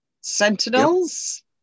Sentinels